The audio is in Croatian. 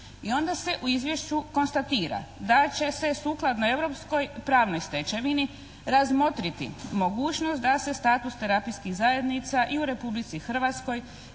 I onda se u izvješću konstatira da će se sukladno europskoj pravnoj stečevini razmotriti mogućnost da se status terapijskih zajednica i u Republici Hrvatskoj